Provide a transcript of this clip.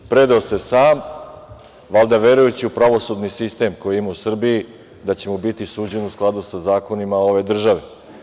Predao se sam, valjda verujući u pravosudni sistem koji ima u Srbiji, da će mu biti suđeno u skladu sa zakonima ove države.